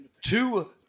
two